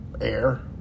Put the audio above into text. Air